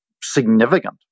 significant